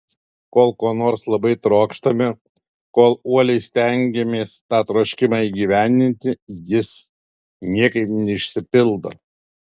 kol ko nors labai trokštame kol uoliai stengiamės tą troškimą įgyvendinti jis niekaip neišsipildo